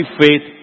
faith